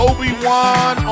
Obi-Wan